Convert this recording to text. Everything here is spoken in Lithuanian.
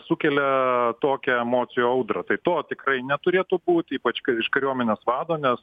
sukelia tokią emocijų audrą tai to tikrai neturėtų būt ypač k išk kariuomenės vado nes